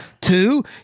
two